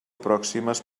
pròximes